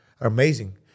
amazing